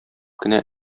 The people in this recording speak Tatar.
кенә